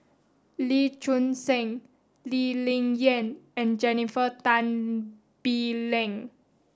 Lee Choon Seng Lee Ling Yen and Jennifer Tan Bee Leng